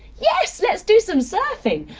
yes. let's do some surfing!